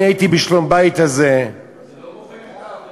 אני הייתי בשלום בית הזה, זה לא מוחק את העבירה.